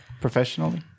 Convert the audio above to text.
professionally